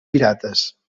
pirates